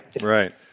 Right